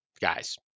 guys